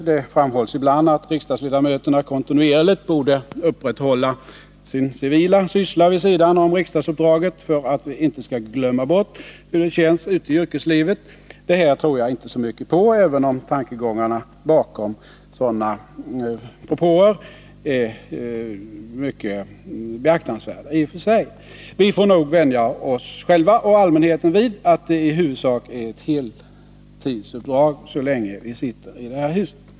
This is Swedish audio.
Det framhålls ibland att riksdagsledamöterna kontinuerligt borde upprätthålla sin civila syssla vid sidan om riksdagsuppdraget för att vi inte skall glömma bort hur det känns ute i yrkeslivet. Detta tror jag inte så mycket på, även om tankegångarna bakom sådana propåer i och för sig är mycket beaktansvärda. Vi får nog vänja oss själva och allmänheten vid att det i huvudsak är ett heltidsuppdrag så länge vi sitter i detta hus.